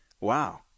Wow